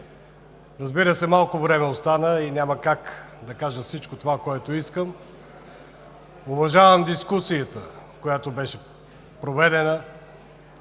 Разбира се, малко време остана и няма как да кажа всичко това, което искам. Уважавам дискусията, която беше проведена,